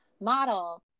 model